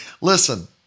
Listen